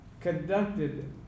conducted